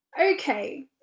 Okay